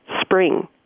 spring